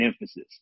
emphasis